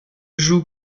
joue